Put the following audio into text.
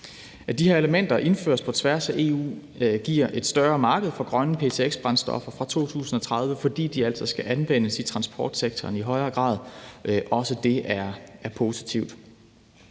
At de her elementer indføres på tværs af EU, giver et større marked for grønne ptx-brændstoffer fra 2030, fordi de altså i højere grad skal anvendes i transportsektoren. Også det er positivt.